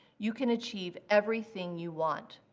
you can achieve everything you want.